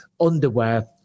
underwear